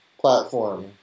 platform